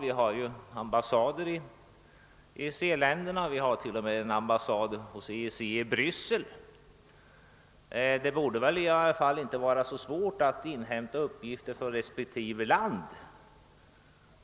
Vi har ambassader i EEC-länderna, och vi har t.o.m. en ambassad hos EEC i Bryssel. Det torde inte vara så svårt att inhämta uppgifter från de olika länderna.